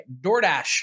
DoorDash